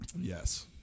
Yes